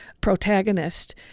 protagonist